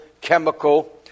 chemical